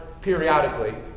periodically